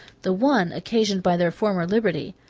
the one occasioned by their former liberty,